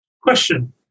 Question